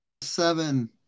seven